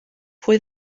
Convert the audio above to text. pwy